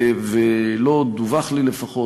ולא דווח לי לפחות,